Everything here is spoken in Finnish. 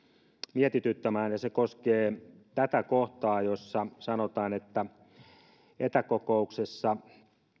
mietityttämään ja se koskee tätä kohtaa jossa sanotaan että etäkokouksessa